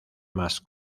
más